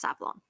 Savlon